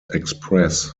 express